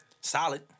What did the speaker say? Solid